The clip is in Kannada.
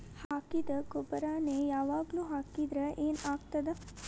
ಹಾಕಿದ್ದ ಗೊಬ್ಬರಾನೆ ಯಾವಾಗ್ಲೂ ಹಾಕಿದ್ರ ಏನ್ ಆಗ್ತದ?